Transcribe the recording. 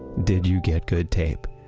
did you get good tape?